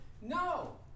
No